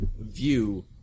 view